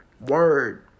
word